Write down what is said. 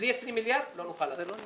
בלי 20 מיליארד לא נוכל לעשות את זה.